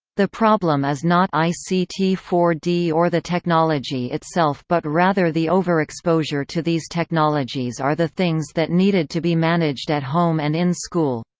the problem is not i c t four d or the technology itself but rather the overexposure to these technologies are the things that needed to be managed at home and in school.